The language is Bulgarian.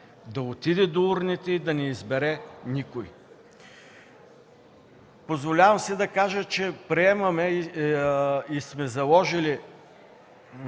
да отиде до урните и да не избере никой. Позволявам си да кажа, че приемаме и сме заложили